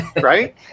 right